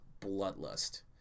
Bloodlust